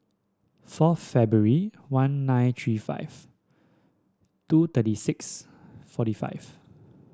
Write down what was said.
four February one nine three five two thirty six forty five